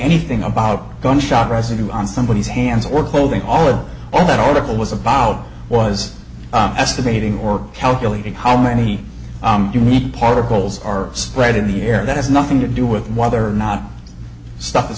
anything about gunshot residue on somebodies hands or holding all of all that all it was about was estimating or calculating how many you need particles are spread in the air that has nothing to do with whether or not stuff is